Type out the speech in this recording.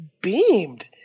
beamed